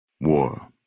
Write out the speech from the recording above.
War